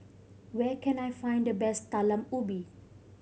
where can I find the best Talam Ubi